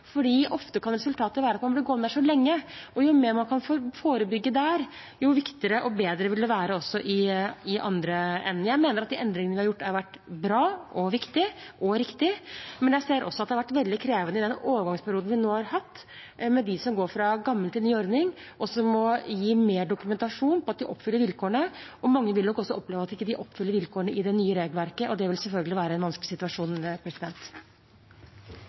ofte kan resultatet være at man blir gående der så lenge. Jo mer man kan forebygge der, jo viktigere og bedre vil det være i den andre enden. Jeg mener at de endringene vi har gjort, er bra, viktige og riktige, men jeg ser også at det har vært veldig krevende i den overgangsperioden vi nå har hatt, for dem som går fra gammel til ny ordning, og som må gi mer dokumentasjon på at de oppfyller vilkårene. Mange vil nok også oppleve at de ikke oppfyller vilkårene i det nye regelverket, og det vil selvfølgelig være en vanskelig situasjon.